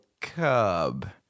cub